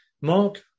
Mark